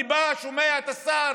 אני בא, שומע את השר,